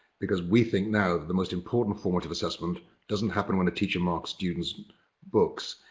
because we think now the most important formative assessment doesn't happen when the teacher marks student's books.